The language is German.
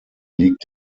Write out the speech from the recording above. liegt